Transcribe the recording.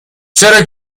چرا